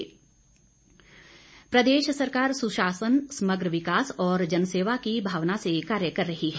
महेन्द्र सिंह प्रदेश सरकार सुशासन समग्र विकास और जनसेवा की भावना से कार्य कर रही है